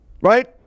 right